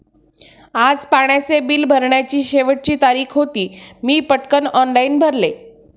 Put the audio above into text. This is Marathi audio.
आज पाण्याचे बिल भरण्याची शेवटची तारीख होती, मी पटकन ऑनलाइन भरले